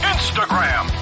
Instagram